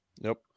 Nope